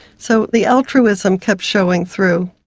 so the altruism kept showing through.